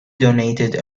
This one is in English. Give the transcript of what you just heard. denoted